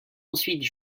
ensuite